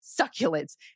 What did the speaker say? succulents